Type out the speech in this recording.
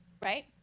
right